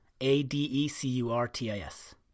A-D-E-C-U-R-T-I-S